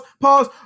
Pause